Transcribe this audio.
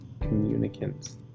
communicants